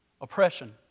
oppression